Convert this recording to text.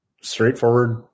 straightforward